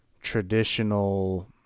traditional